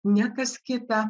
ne kas kita